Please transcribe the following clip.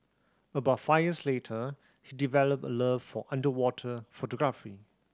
about five years later he developed a love for underwater photography